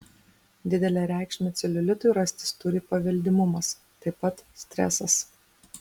didelę reikšmę celiulitui rastis turi paveldimumas taip pat stresas